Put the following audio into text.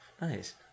Nice